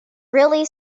really